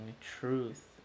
truth